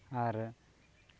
ᱟᱨ